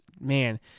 Man